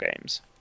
games